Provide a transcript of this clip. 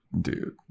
dude